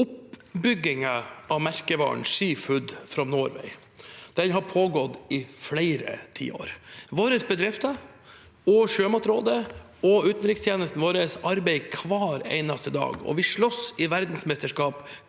Oppbyggin- gen av merkevaren Seafood from Norway har pågått i flere tiår. Våre bedrifter, Sjømatrådet og utenrikstjenesten vår arbeider hver eneste dag, og vi slåss i verdensmesterskap